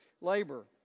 labor